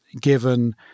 given